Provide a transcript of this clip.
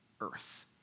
earth